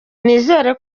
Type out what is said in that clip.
nizeye